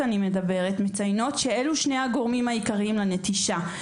מציינים שאלה שני הגורמים המרכזיים לנטישה.